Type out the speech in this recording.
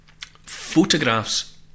Photographs